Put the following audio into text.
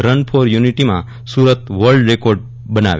run for યુનિટિમાં Surat world record બનાવે